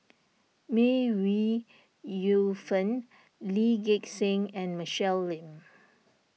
May Ooi Yu Fen Lee Gek Seng and Michelle Lim